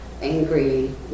angry